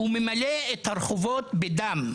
הוא ממלא את הרחובות בדם.